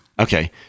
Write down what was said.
Okay